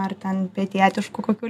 ar ten pietietiškų kokių